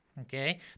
Okay